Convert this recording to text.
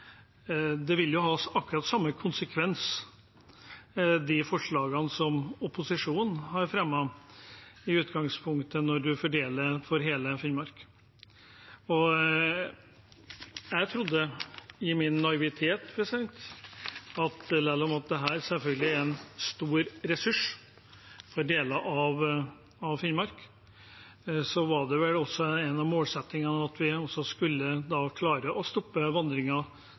de forslagene som opposisjonen har fremmet, i utgangspunktet vil ha akkurat de samme konsekvensene når man fordeler for hele Finnmark. Jeg trodde i min naivitet at selv om dette selvfølgelig er en stor ressurs for deler av Finnmark, var det også en målsetting at vi skulle klare å stoppe